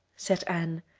said anne,